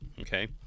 Okay